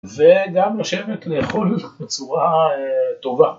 וגם לשבת לאכול בצורה טובה.